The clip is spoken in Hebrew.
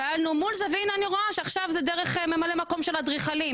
פעלנו מול זה והנה אני רואה שעכשיו זה דרך ממלא מקום של אדריכלים.